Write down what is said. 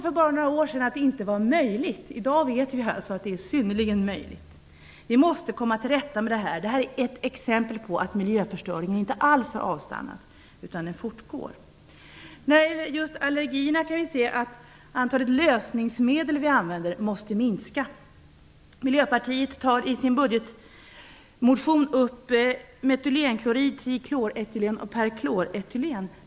För bara några år sedan ansågs inte det möjligt. I dag vet vi alltså att det är synnerligen möjligt. Vi måste komma till rätta med det här. Det är ett exempel på att miljöförstöringen inte alls har avstannat, utan fortgår. När det gäller allergierna kan vi se att antalet lösningsmedel som vi använder måste minska. Miljöpartiet tar i sin budgetmotion upp metylenklorid, trikloretylen och perkloretylen.